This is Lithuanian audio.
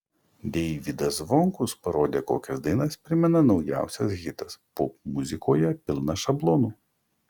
deivydas zvonkus parodė kokias dainas primena naujausias hitas popmuzikoje pilna šablonų